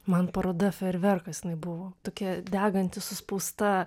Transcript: man paroda fejerverkas jinai buvo tokia deganti suspausta